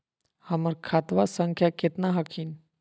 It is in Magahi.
हमर खतवा संख्या केतना हखिन?